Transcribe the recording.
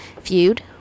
feud